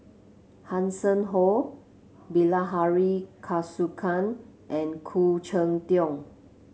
Hanson Ho Bilahari Kausikan and Khoo Cheng Tiong